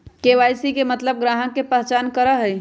KYC के मतलब ग्राहक का पहचान करहई?